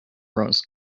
rose